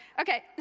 Okay